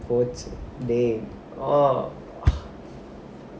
what is that orh